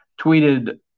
tweeted